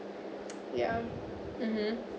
yeah mmhmm